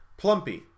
Plumpy